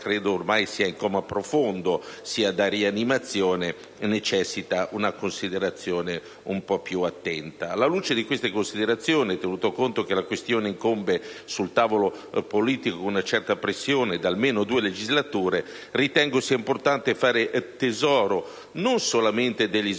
credo ormai sia in coma profondo, sia da rianimazione e necessiti di una considerazione un po' più attenta. Alla luce di queste considerazioni, tenuto conto che la questione incombe sul tavolo politico con una certa pressione da almeno due legislature, ritengo sia importante fare tesoro non solamente degli sviluppi